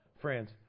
friends